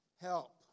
help